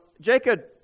Jacob